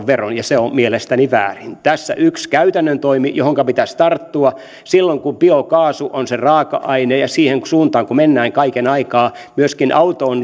veron ja se on mielestäni väärin tässä yksi käytännön toimi johonka pitäisi tarttua silloin kun biokaasu on se raaka aine ja siihen suuntaan mennään kaiken aikaa myöskin autoon